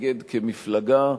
להתאגד כמפלגה,